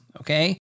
Okay